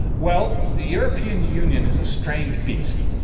well, the european union is a strange beast.